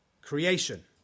creation